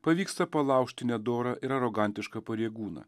pavyksta palaužti nedorą ir arogantišką pareigūną